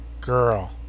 girl